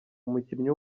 umukinnyi